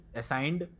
assigned